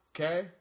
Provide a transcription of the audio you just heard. Okay